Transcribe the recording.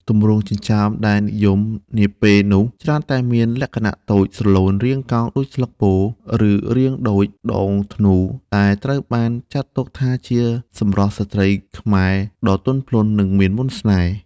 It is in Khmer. ទម្រង់ចិញ្ចើមដែលនិយមនាពេលនោះច្រើនតែមានលក្ខណៈតូច ស្រឡូន រាងកោងដូចស្លឹកពោធិ៍ ឬរាងដូចដងធ្នូ ដែលត្រូវបានចាត់ទុកថាជាសម្រស់ស្ត្រីខ្មែរដ៏ទន់ភ្លន់ និងមានមន្តស្នេហ៍។